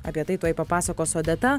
apie tai tuoj papasakos odeta